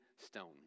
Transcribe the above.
stone